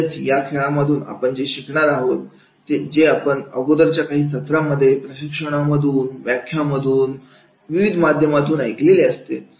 म्हणजे या खेळामधून आपण जे शिकणार आहोत ते आपण अगोदरच्या काही सत्रांमध्ये प्रशिक्षणामधून व्याख्यानाच्या माध्यमातून ऐकलेली असते